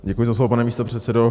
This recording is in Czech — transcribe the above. Děkuji za slovo, pane místopředsedo.